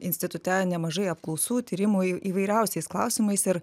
institute nemažai apklausų tyrimų įv įvairiausiais klausimais ir